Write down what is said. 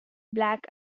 black